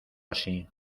así